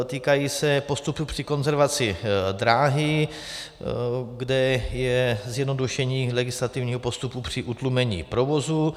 Týkají se postupu při konzervaci dráhy, kde je zjednodušení legislativního postupu při utlumení provozu.